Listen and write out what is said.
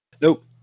Nope